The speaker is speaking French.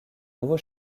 nouveau